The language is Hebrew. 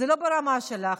זה לא ברמה שלך.